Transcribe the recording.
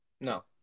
No